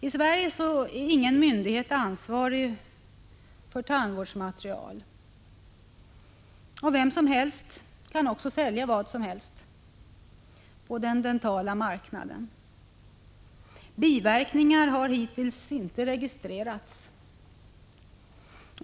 I Sverige finns ingen myndighet som är ansvarig för tandvårdsmaterial, och vem som helst kan också sälja vad som helst på den dentala marknaden. Biverkningar har hittills inte registrerats.